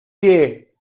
pie